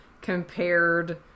compared